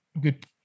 good